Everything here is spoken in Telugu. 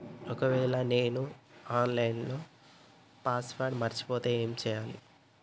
ఒకవేళ నేను నా ఆన్ లైన్ పాస్వర్డ్ మర్చిపోతే ఏం చేయాలే?